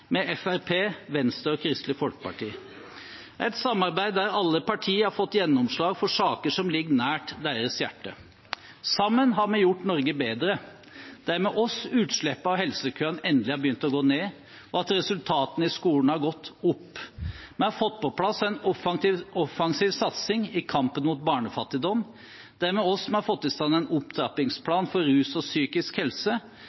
med Fremskrittspartiet, Venstre og Kristelig Folkeparti – et samarbeid hvor alle partier har fått gjennomslag for saker som ligger nær deres hjerte. Sammen har vi gjort Norge bedre. Det er med oss utslippene og helsekøene endelig har begynt å gå ned, og at resultatene i skolen har gått opp. Vi har fått på plass en offensiv satsing i kampen mot barnefattigdom. Det er med oss vi har fått i stand en